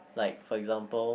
like for example